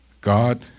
God